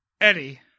Eddie